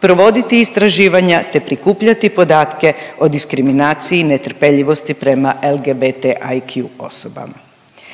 provoditi istraživanja, te prikupljati podatke o diskriminaciji i netrpeljivosti prema LGBT(IQ) osobama.